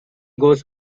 goes